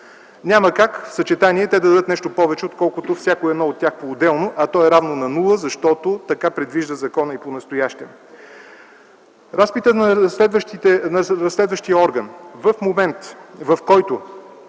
Няма как в съчетание те да дадат нещо повече отколкото всяко едно от тях поотделно, а то е равно на нула, защото законът и понастоящем предвижда така. Разпитът на разследващия орган в момент, в който